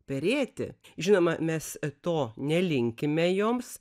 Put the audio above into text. perėti žinoma mes to nelinkime joms